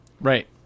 Right